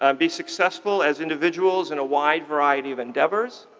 um be successful as individuals in a wide variety of endeavors.